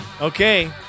Okay